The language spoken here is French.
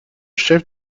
chef